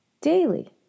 daily